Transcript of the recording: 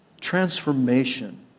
transformation